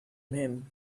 him